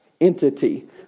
entity